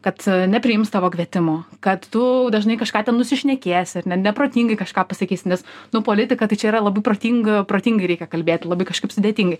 kad nepriims tavo kvietimo kad tu dažnai kažką ten nusišnekėsi ar ne neprotingai kažką pasakysi nes nu politika tai čia yra labai protinga protingai reikia kalbėti labai kažkaip sudėtingai